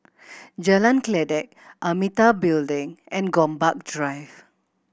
Jalan Kledek Amitabha Building and Gombak Drive